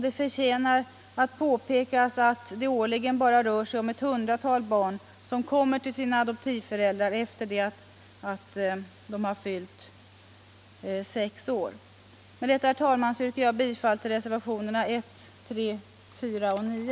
Det förtjänar att påpekas att årligen bara ett hundratal barn kommer till sina adoptivföräldrar efter det att barnen fyllt sex år. Med detta, herr talman, yrkar jag bifall till reservationerna 1, 3, 4 och 9.